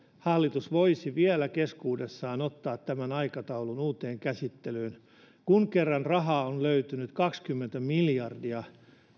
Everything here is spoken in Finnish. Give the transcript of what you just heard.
hallitus voisi vielä keskuudessaan ottaa tämän aikataulun uuteen käsittelyyn kun kerran rahaa on löytynyt kaksikymmentä miljardia